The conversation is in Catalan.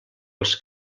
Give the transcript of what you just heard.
els